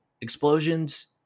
Explosions